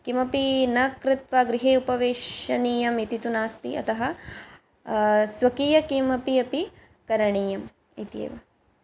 किमपि न कृत्वा गृहे उपवेशनीयम् इति तु नास्ति अतः स्वकीयं किमपि अपि करणीयम् इत्येव